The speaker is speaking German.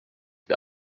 wir